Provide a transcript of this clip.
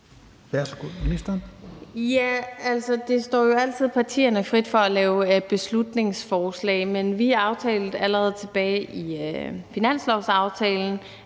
Wermelin): Ja, altså, det står jo altid partierne frit for at lave beslutningsforslag, men vi aftalte allerede tilbage i finanslovsaftalen,